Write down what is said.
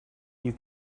you